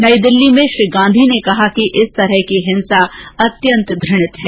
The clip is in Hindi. नई दिल्ली में श्री गांधी ने कहा कि इस प्रकार की हिंसा अत्यंत घृणित है